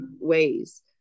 ways